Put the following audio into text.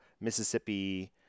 Mississippi